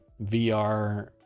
VR